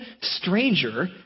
stranger